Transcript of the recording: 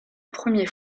premier